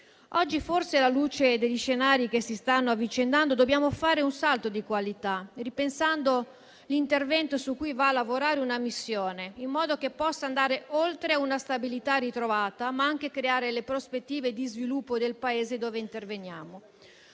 Oggi forse, alla luce degli scenari che si stanno avvicendando, dobbiamo fare un salto di qualità, ripensando l'intervento su cui va a lavorare una missione, in modo che possa andare oltre una stabilità ritrovata, ma anche creare le prospettive di sviluppo del Paese dove interveniamo.